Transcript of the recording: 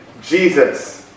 Jesus